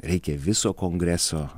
reikia viso kongreso